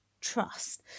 Trust